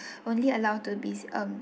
only allowed to be um